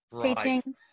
teaching